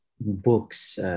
books